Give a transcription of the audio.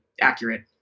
accurate